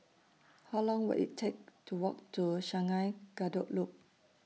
How Long Will IT Take to Walk to Sungei Kadut Loop